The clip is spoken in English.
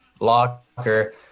locker